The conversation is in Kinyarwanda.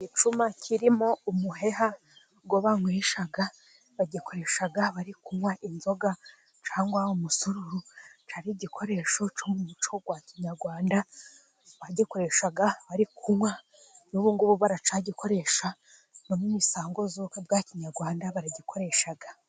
Igicuma kirimo umuheha uwo banywesha, bagikoresha bari kunywa inzoga cyangwa umusururu, cyari igikoresho cyo mu muco wa kinyarwanda, bagikoresha bari kunywa, n'ubungubu baracyagikoresha, no mu misango y'ubukwe bwa kinyarwanda baragikoresha.